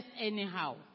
anyhow